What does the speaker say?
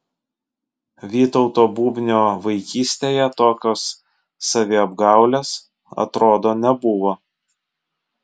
vytauto bubnio vaikystėje tokios saviapgaulės atrodo nebuvo